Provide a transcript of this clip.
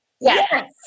Yes